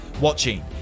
Watching